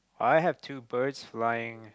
I have two birds flying